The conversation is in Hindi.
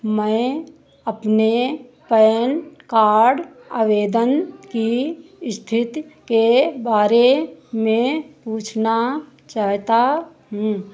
मैं अपने पैन कार्ड आवेदन की इस्थिति के बारे में पूछना चाहता हूँ क्या आप पावती सँख्या ए सी के आठ नौ ज़ीरो एक दो तीन चार पाँच छह सात और मेरी जन्मतिथि उन्नीस सौ नब्बे दस एक का उपयोग करके इसे जाँचने में मेरी सहायता कर सकते हैं